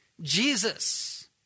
Jesus